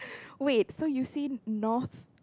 wait so you seen North